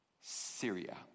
Syria